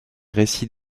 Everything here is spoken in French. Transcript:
récits